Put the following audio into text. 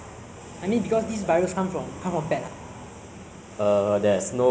wuhan china but it doesn't mean it must be originated in china right